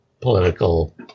political